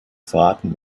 fahrten